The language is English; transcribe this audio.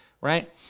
right